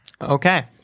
Okay